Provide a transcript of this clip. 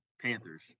Panthers